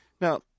Now